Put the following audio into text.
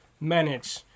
manage